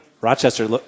Rochester